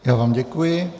Já vám děkuji.